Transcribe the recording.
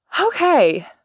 Okay